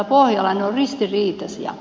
ne ovat ristiriitaisia